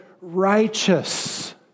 righteous